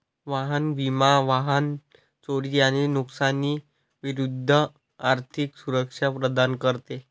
वाहन विमा वाहन चोरी आणि नुकसानी विरूद्ध आर्थिक सुरक्षा प्रदान करते